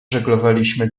żeglowaliśmy